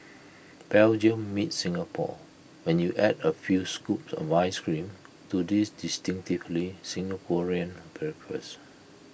Belgium meets Singapore when you add A few scoops of Ice Cream to this distinctively Singaporean breakfast